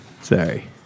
Sorry